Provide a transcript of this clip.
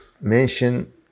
mention